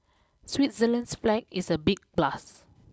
Switzerland's flag is a big plus